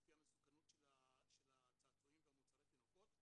לפי המסוכנות של הצעצועים ומוצרי התינוקות,